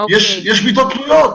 יש מיטות פנויות.